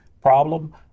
problem